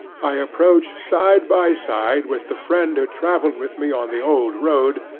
i approach side by side with the friend who travelled with me on the old road,